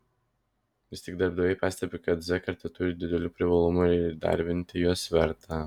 vis tik darbdaviai pastebi kad z karta turi didelių privalumų ir įdarbinti juos verta